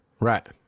Right